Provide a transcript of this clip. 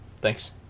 thanks